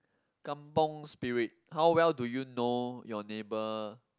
kampung Spirit how well do you know your neighbour